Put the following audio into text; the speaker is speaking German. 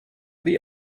wie